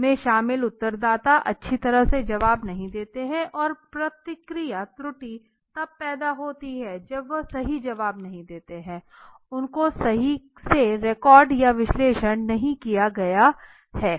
में शामिल उत्तरदाता अच्छी तरह से जवाब नहीं देते है और प्रतिक्रिया त्रुटि तब पैदा होती है जब वे सही जवाब नहीं देते हैं उनको सही से रिकॉर्ड या विश्लेषण नहीं किया गया है